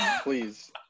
Please